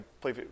play